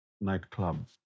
nightclub